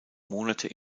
monate